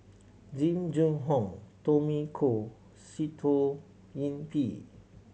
Jing Jun Hong Tommy Koh Sitoh Yih Pin